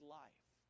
life